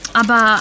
aber